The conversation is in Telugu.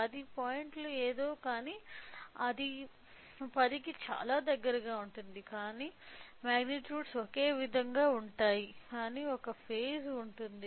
10 పాయింట్లు ఏదో కానీ అది 10 కి చాలా దగ్గరగా ఉంటుంది కానీ మాగ్నిట్యూడ్స్ ఒకే విధంగా ఉంటాయి కానీ ఒక ఫేజ్ ఉంది